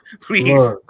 Please